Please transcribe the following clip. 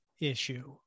issue